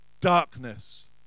darkness